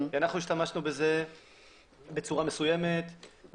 אנחנו השתמשנו בזה בצורה מסוימת,